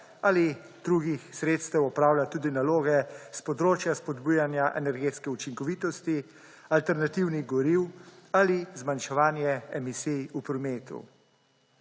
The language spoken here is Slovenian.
ali drugih sredstev opravlja tudi naloge s področja spodbujanja energetske učinkovitosti, alternativnih goriv ali zmanjševanje emisij v prometu.